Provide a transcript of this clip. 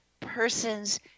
person's